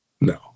No